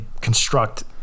construct